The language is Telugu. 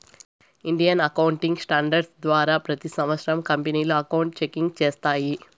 ఇండియన్ అకౌంటింగ్ స్టాండర్డ్స్ ద్వారా ప్రతి సంవత్సరం కంపెనీలు అకౌంట్ చెకింగ్ చేస్తాయి